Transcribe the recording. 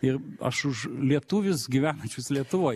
ir aš už lietuvius gyvenančius lietuvoj